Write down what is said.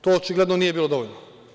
To očigledno nije bilo dovoljno.